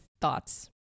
thoughts